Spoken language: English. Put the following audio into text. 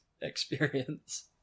experience